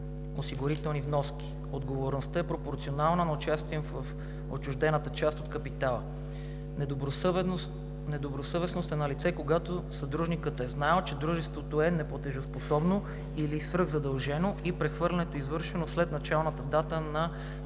осигурителни вноски. Отговорността е пропорционална на участието им в отчуждената част от капитала. Недобросъвестност е налице, когато съдружникът е знаел, че дружеството е неплатежоспособно или свръхзадължено и прехвърлянето е извършено след началната дата на